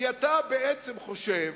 כי אתה בעצם חושב